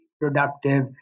productive